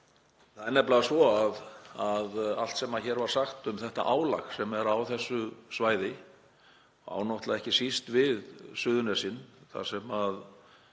Það er nefnilega svo að allt sem hér var sagt um það álag sem er á þessu svæði á náttúrlega ekki síst við um Suðurnesin þar sem